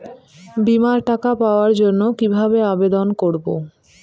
বিমার টাকা পাওয়ার জন্য কিভাবে আবেদন করব?